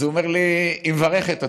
אז הוא אומר לי: היא מברכת אותנו.